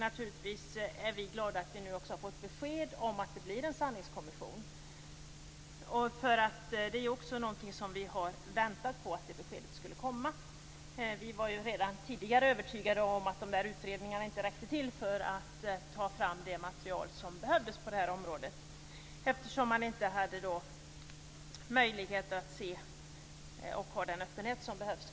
Naturligtvis är vi glada att vi nu också har fått besked om att det blir en sanningskommission. Vi har väntat på att det beskedet skulle komma. Vi var redan tidigare övertygade om att utredningarna inte räckte till för att få fram det material som behövdes på området. Det fanns inte möjlighet att få den öppenhet som behövdes.